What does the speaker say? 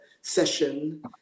session